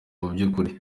mubyukuri